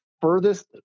furthest